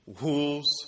wolves